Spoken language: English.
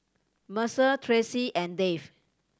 Mercer Tracee and Dave